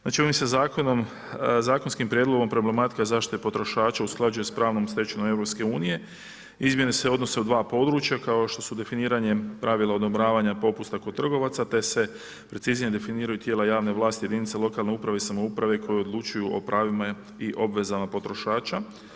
Znači ovim se zakonskim prijedlogom problematika zaštite potrošača usklađuje s pravnom stečevinom EU, izmjene se odnose u dva područja kao što su definiranje pravila odobravanja popusta kod trgovaca te se preciznije definiraju tijela javne vlasti, jedinica lokalne uprave i samouprave koji odlučuju o pravima i obvezama potrošača.